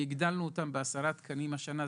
הגדלנו אותם בעשרה תקנים השנה.